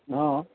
অঁ